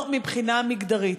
לא מבחינה מגדרית.